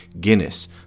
Guinness